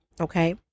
okay